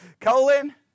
Colon